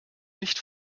nicht